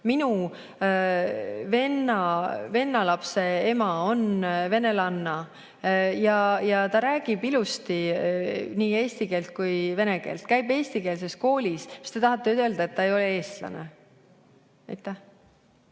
Minu venna lapse ema on venelanna ja laps räägib ilusti nii eesti kui ka vene keelt, käib eestikeelses koolis. Kas te tahate öelda, et ta ei ole eestlane? Aitäh!